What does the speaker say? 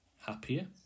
happier